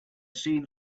seen